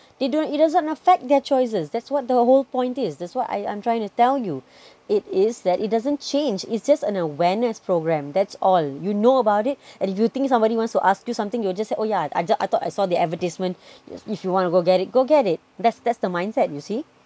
they don't it doesn't affect their choices that's what the whole point that's what I'm trying to tell you it is that it doesn't change its just an awareness programme that's all you know about it and if you think somebody wants to ask you something you will just say oh yeah I think I thought I saw the advertisement if you want to go get it go get it that's that's the mindset you see